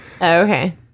okay